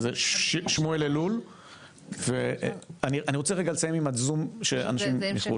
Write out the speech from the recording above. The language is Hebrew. שמואל אלול ואני רוצה רגע לסיים עם הזום שאנשים מחו"ל.